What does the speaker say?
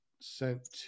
sent